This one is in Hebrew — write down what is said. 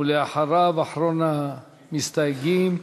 ואחריו, אחרון המסתייגים,